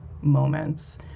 moments